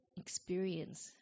experience